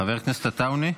חבר הכנסת עטאונה.